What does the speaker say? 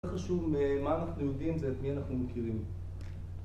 לא חשוב מה אנחנו יודעים, זה את מי אנחנו מכירים